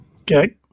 Okay